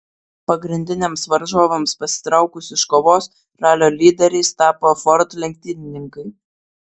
pagrindiniams varžovams pasitraukus iš kovos ralio lyderiais tapo ford lenktynininkai